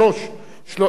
שלוש שאילתות.